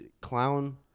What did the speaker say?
clown